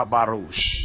Barush